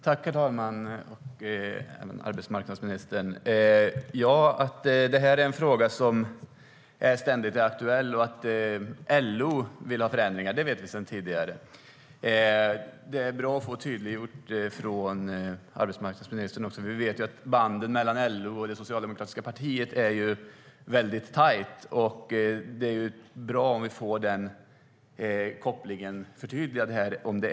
STYLEREF Kantrubrik \* MERGEFORMAT Svar på interpellationerAtt det här är en fråga som är ständigt aktuell och att LO vill ha förändringar vet vi sedan tidigare. Det är bra att få det tydliggjort även av arbetsmarknadsministern, för vi vet ju att banden mellan LO och det socialdemokratiska partiet är väldigt starka. Det är bra om vi får den kopplingen förtydligad här.